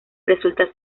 resulta